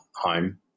home